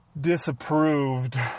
disapproved